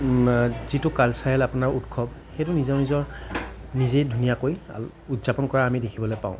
যিটো কালছাৰেল আপোনাৰ উৎসৱ সেইটো নিজৰ নিজৰ নিজে ধুনীয়াকৈ উদযাপন কৰা আমি দেখিবলৈ পাওঁ